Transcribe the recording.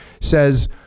says